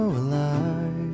alive